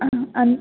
ಆಂ ಅನ್